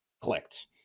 clicked